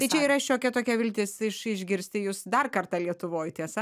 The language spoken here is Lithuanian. tai čia yra šiokia tokia viltis iš išgirsti jus dar kartą lietuvoj tiesa